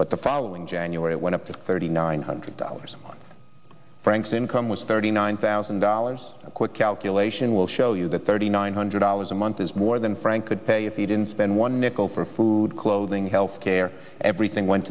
but the following january it went up to thirty nine hundred dollars frank's income was thirty nine thousand dollars a quick calculation will show you that thirty nine hundred dollars a month is more than frank could pay if he didn't spend one nickel for food clothing health care everything went